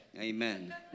Amen